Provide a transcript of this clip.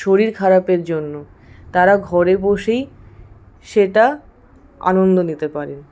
শরীর খারাপের জন্য তারা ঘরে বসেই সেটা আনন্দ নিতে পারেন